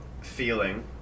feeling